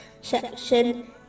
section